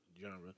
genre